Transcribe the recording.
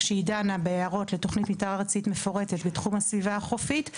שהיא דנה בהערות לתוכנית מתאר ארצית מפורטת בתחום הסביבה החופית,